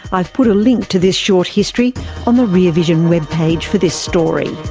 i've put a link to this short history on the rear vision web page for this story.